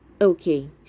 Okay